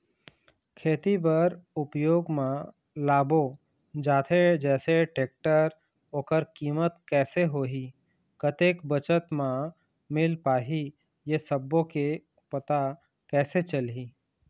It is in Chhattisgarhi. खेती बर उपयोग मा लाबो जाथे जैसे टेक्टर ओकर कीमत कैसे होही कतेक बचत मा मिल पाही ये सब्बो के पता कैसे चलही?